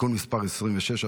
(תיקון מס' 26),